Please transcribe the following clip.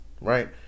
right